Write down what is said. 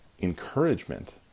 Encouragement